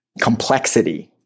complexity